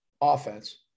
offense